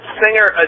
singer